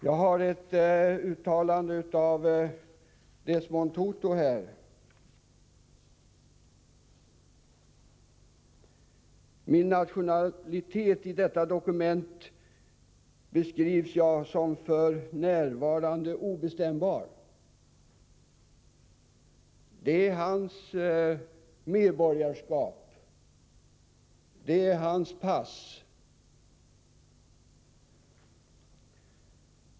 Jag har ett uttalande av Desmond Tutu här: Min nationalitet i detta dokument beskrivs som f. n. obestämbar. Det är hans medborgarskap, det är hans pass.